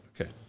Okay